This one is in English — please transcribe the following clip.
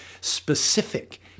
specific